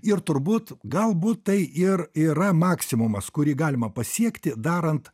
ir turbūt galbūt tai ir yra maksimumas kurį galima pasiekti darant